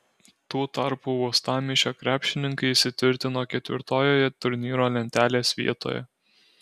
tuo tarpu uostamiesčio krepšininkai įsitvirtino ketvirtojoje turnyro lentelės vietoje